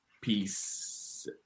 Peace